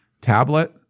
tablet